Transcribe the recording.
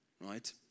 Right